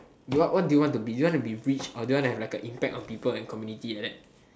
what do you want to be you want to be rich or you want to have impact on people and community like that